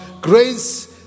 grace